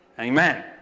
Amen